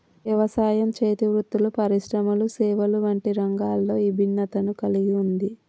యవసాయం, చేతి వృత్తులు పరిశ్రమలు సేవలు వంటి రంగాలలో ఇభిన్నతను కల్గి ఉంది